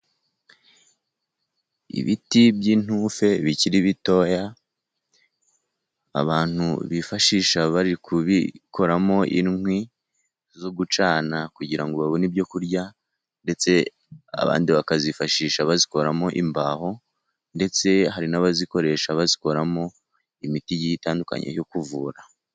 Ibiti by'intusi bikiri bitoya abantu bifashisha bari kubikoramo inkwi zo gucana kugira ngo babone ibyo kurya, ndetse abandi bakazifashisha bazikoramo imbaho, ndetse hari n'abazikoresha bazikoramo imiti igiye itandukanye yo kuvura.